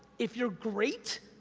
if you're great,